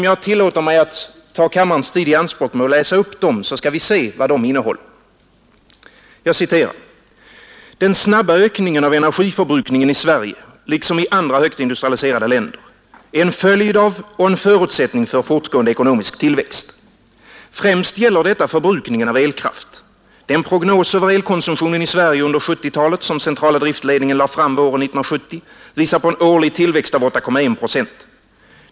Jag tillåter mig att ta kammarens tid i anspråk med att läsa upp dem så att vi kan se vad de innehåller. ”Den snabba ökningen av energiförbrukningen i Sverige liksom i andra högt industrialiserade länder är en följd av och en förutsättning för en fortgående ekonomisk tillväxt. Främst gäller detta förbrukningen av elkraft. Den prognos över elkonsumtionen i Sverige under 1970-talet som centrala driftledningen lade fram våren 1970 visar på en årlig tillväxt av 8,1 Jo.